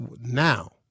Now